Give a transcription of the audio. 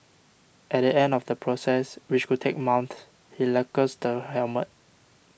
at the end of the process which could take months he lacquers the helmet